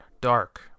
dark